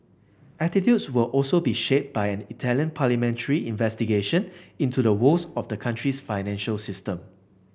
attitudes will also be shaped by an Italian parliamentary investigation into the woes of the country's financial system